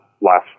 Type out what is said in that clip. last